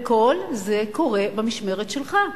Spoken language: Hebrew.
כל זה קורה במשמרת שלך.